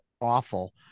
awful